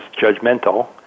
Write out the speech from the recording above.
judgmental